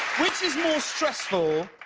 which is more stressful,